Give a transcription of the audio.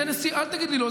אל תגיד לי לא,